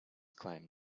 claim